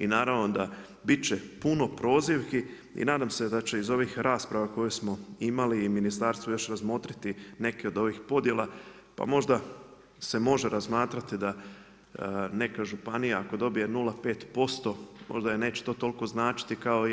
I naravno bit će puno prozivki i nadam se da će iz ovih rasprava koje smo imali i ministarstvo još razmotriti neke od ovih podjela, pa možda se može razmatrati da neka županija ako dobije 0,5% možda joj neće to toliko značiti kao